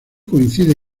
coincide